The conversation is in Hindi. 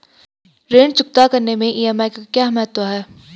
ऋण चुकता करने मैं ई.एम.आई का क्या महत्व है?